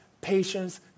patience